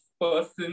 person